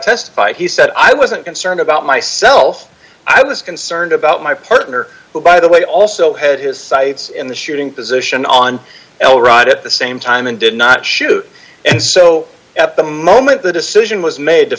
testified he said i wasn't concerned about myself i was concerned about my partner who by the way also had his sights in the shooting position on l right at the same time and did not shoot and so at the moment the decision was made to